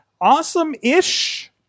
Awesome-ish